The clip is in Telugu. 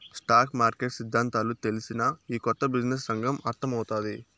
స్టాక్ మార్కెట్ సిద్దాంతాలు తెల్సినా, ఈ కొత్త బిజినెస్ రంగం అర్థమౌతాది